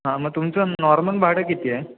हां मग तुमचं नॉर्मल भाडं किती आहे